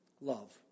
Love